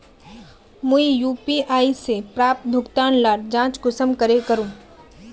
मुई यु.पी.आई से प्राप्त भुगतान लार जाँच कुंसम करे करूम?